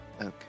Okay